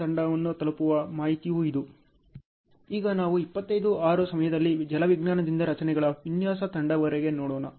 ಈಗ ನಾವು 25 6 ಸಮಯದಲ್ಲಿ ಜಲವಿಜ್ಞಾನದಿಂದ ರಚನೆಗಳ ವಿನ್ಯಾಸ ತಂಡದವರೆಗೆ ನೋಡೋಣ